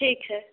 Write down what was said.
ठीक है